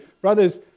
Brothers